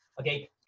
okay